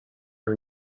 her